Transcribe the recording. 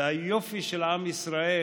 והיופי של עם ישראל